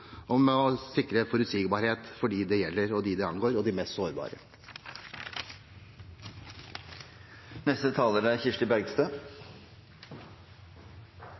om å sikre forutsigbarhet for dem det gjelder, dem det angår: de mest sårbare.